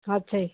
ਅੱਛਾ ਜੀ